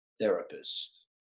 therapist